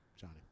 Johnny